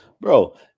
Bro